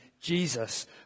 Jesus